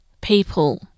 people